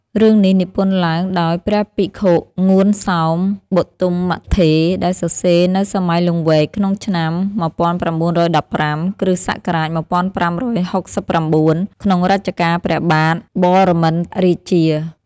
រឿងនេះនិពន្ធឡើងដោយ ព្រះភិក្ខុ ងួន សោម បទុមត្ថេរ ដែលសរសេរនៅសម័យលង្វែកក្នុងឆ្នាំ ១៩១៥ គ្រិស្តសករាជ ១៥៦៩ ក្នុងរជ្ជកាលព្រះបាទបរមិន្ទរាជា។